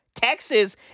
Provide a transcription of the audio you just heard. Texas